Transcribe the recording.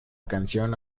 canción